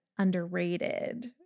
underrated